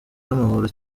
n’amahoro